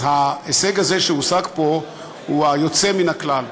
אז ההישג הזה שהושג פה הוא היוצא מן הכלל.